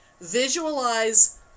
visualize